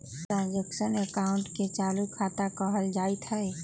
transaction अकाउंटे के चालू खता कहल जाइत हइ